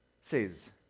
says